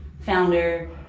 founder